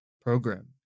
program